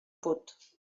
put